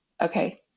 Okay